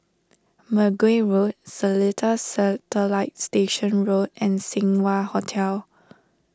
Mergui Road Seletar Satellite Station Road and Seng Wah Hotel